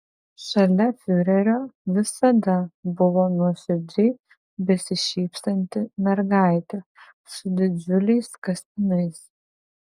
šalia fiurerio visada buvo nuoširdžiai besišypsanti mergaitė su didžiuliais kaspinais